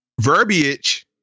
verbiage